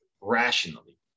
rationally